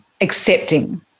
accepting